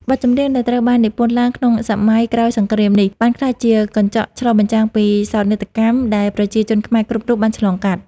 បទចម្រៀងដែលត្រូវបាននិពន្ធឡើងក្នុងសម័យក្រោយសង្គ្រាមនេះ បានក្លាយជាកញ្ចក់ឆ្លុះបញ្ចាំងពីសោកនាដកម្មដែលប្រជាជនខ្មែរគ្រប់រូបបានឆ្លងកាត់។